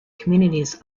communities